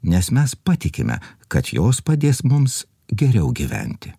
nes mes patikime kad jos padės mums geriau gyventi